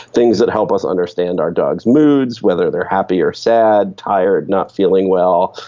things that help us understand our dogs' moods, whether they are happy or sad, tired, not feeling well.